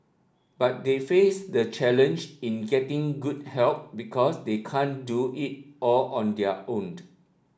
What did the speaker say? but they face the challenge in getting good help because they can't do it all on their owned